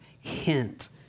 hint